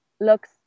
looks